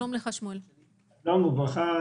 שלום וברכה,